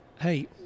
hey